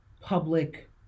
public